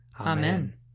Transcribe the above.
Amen